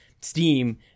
Steam